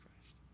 Christ